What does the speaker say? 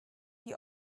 die